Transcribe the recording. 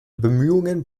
bemühungen